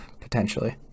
potentially